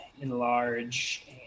enlarge